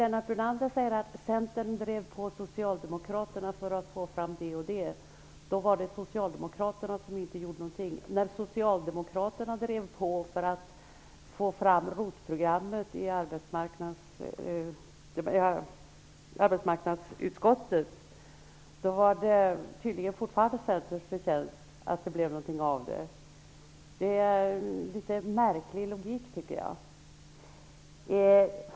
Lennart Brunander säger att Centern drev på Socialdemokraterna för att få till stånd vissa resultat men att Socialdemokraterna inte gjorde någonting. När Socialdemokraterna drev på i arbetsmarknadsutskottet för att få fram ROT-programmet var det tydligen ändå Centerns förtjänst att det blev något av detta. Jag tycker att det är en märklig logik.